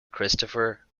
christopher